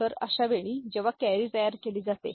तर अशावेळी जेव्हा कॅरी तयार केली जाते